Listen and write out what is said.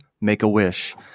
Make-A-Wish